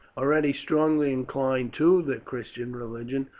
already strongly inclined to the christian religion,